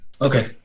Okay